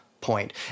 point